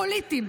פוליטיים,